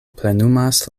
plenumas